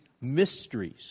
mysteries